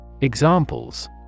Examples